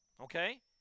Okay